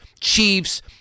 Chiefs